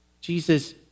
Jesus